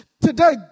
today